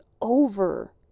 over